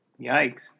Yikes